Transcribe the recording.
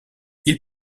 ils